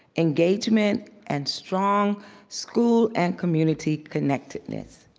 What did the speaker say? engagement, and strong school and community connectedness.